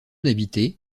habités